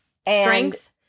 strength